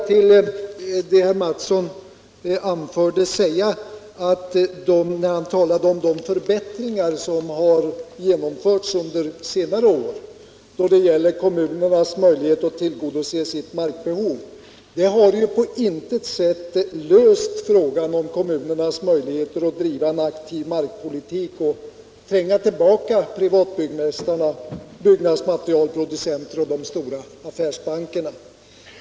Herr Mattsson talade om de förbättringar som har genomförts under senare år då det gäller kommunernas möjligheter att tillgodose sitt markbehov. De har emellertid på intet sätt löst frågan om kommunernas möjligheter att driva en aktiv markpolitik och tränga tillbaka privatbyggmästarna, byggnadsmaterialproducenterna och de stora affärsbankerna.